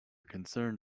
concerned